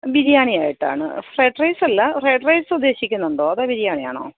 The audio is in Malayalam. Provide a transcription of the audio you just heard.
ബിരിയാണിയായിട്ടാണ് ഫ്രൈഡ് റൈസ് അല്ല ഫ്രൈഡ് റൈസ് ഉദ്ദേശിക്കുന്നൊണ്ടാ അതോ ബിരിയാണിയാണോ